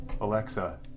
Alexa